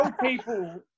people